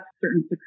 certain